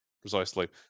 Precisely